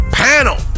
panel